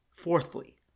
Fourthly